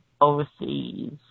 overseas